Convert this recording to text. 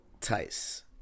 Tice